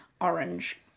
orange